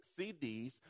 CDs